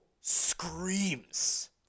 screams